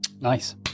Nice